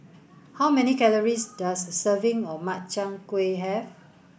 how many calories does a serving of Makchang Gui have